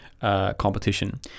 competition